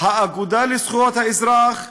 האגודה לזכויות האזרח,